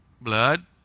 Blood